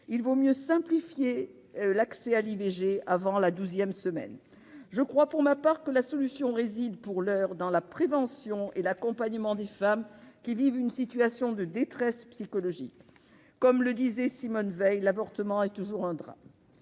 Il vaut mieux simplifier l'accès à l'IVG avant la douzième semaine. Je crois, pour ma part, que la solution réside pour l'heure dans la prévention et l'accompagnement des femmes qui vivent une situation de détresse psychologique. Comme le disait Simone Veil, l'avortement est toujours un drame.